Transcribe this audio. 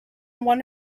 one